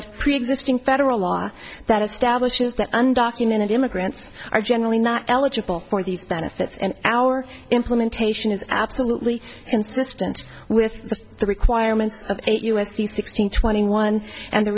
preexisting federal law that establishes that undocumented immigrants are generally not eligible for these benefits and our implementation is absolutely consistent with the requirements of u s c sixteen twenty one and the